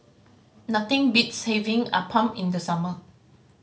nothing beats having appam in the summer